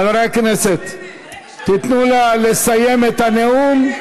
חברי הכנסת, תיתנו לה לסיים את הנאום.